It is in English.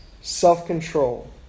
self-control